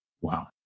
Wow